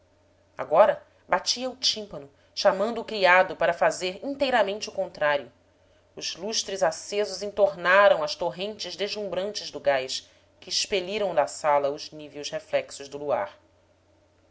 agora batia o tímpano chamando o criado para fazer inteiramente o contrário os lustres acesos entornaram as torrentes deslumbrantes do gás que expeliram da sala os níveos reflexos do luar